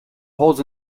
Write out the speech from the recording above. holds